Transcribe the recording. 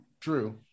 true